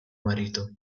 marito